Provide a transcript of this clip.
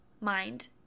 mind